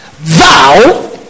thou